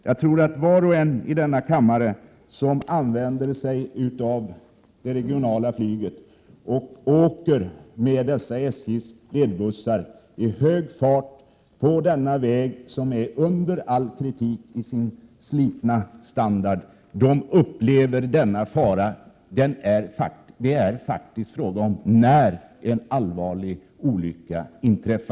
Jag tror att var och en i denna kammare som använder sig av det reguljära flyget och åker med dessa SL:s ledbussar i hög fart på den väg som är under all kritik i sin slitna standard, de upplever faran. Det är faktiskt fråga om när en allvarlig olycka kommer att inträffa.